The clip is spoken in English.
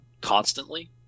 constantly